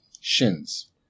Shins